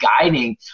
guiding